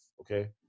okay